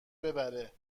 ببره